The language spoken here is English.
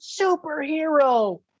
superhero